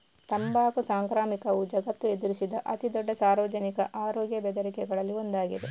ತಂಬಾಕು ಸಾಂಕ್ರಾಮಿಕವು ಜಗತ್ತು ಎದುರಿಸಿದ ಅತಿ ದೊಡ್ಡ ಸಾರ್ವಜನಿಕ ಆರೋಗ್ಯ ಬೆದರಿಕೆಗಳಲ್ಲಿ ಒಂದಾಗಿದೆ